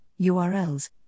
URLs